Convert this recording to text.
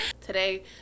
today